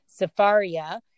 Safaria